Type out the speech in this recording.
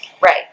Right